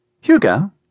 Hugo